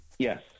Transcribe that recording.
Yes